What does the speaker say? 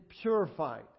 purified